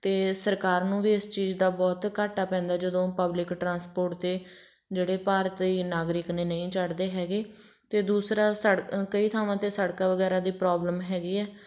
ਅਤੇ ਸਰਕਾਰ ਨੂੰ ਵੀ ਇਸ ਚੀਜ਼ ਦਾ ਬਹੁਤ ਘਾਟਾ ਪੈਂਦਾ ਜਦੋਂ ਪਬਲਿਕ ਟ੍ਰਾਂਸਪੋਰਟ 'ਤੇ ਜਿਹੜੇ ਭਾਰਤੀ ਨਾਗਰਿਕ ਨੇ ਨਹੀਂ ਚੜਦੇ ਹੈਗੇ ਅਤੇ ਦੂਸਰਾ ਸੜ ਕਈ ਥਾਵਾਂ 'ਤੇ ਸੜਕਾਂ ਵਗੈਰਾ ਦੀ ਪ੍ਰੋਬਲਮ ਹੈਗੀ